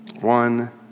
One